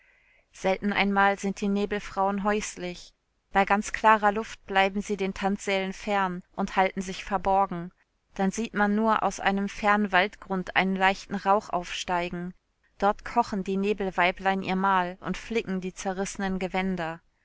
selten einmal sind die nebelfrauen häuslich bei ganz klarer luft bleiben sie den tanzsälen fern und halten sich verborgen dann sieht man nur aus einem fernen waldgrund einen leichten rauch aufsteigen dort kochen die nebelweiblein ihr mahl und flicken die zerrissenen gewänder